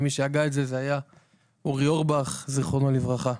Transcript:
מי שהגה את זה היה אורי אורבך, זכרונו לברכה.